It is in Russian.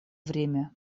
время